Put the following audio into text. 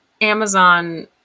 Amazon